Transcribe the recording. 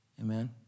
Amen